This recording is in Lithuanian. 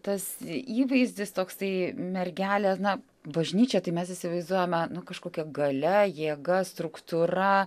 tas įvaizdis toksai mergelė na bažnyčia tai mes įsivaizduojame nu kažkokia galia jėga struktūra